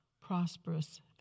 prosperous